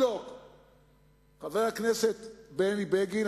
חבר הכנסת בני בגין,